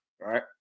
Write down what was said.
right